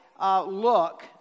Look